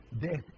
Death